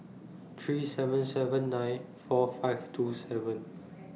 three seven seven nine four five two seven